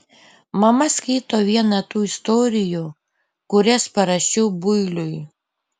mama skaito vieną tų istorijų kurias parašiau builiui